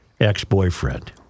ex-boyfriend